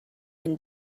can